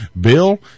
Bill